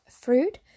fruit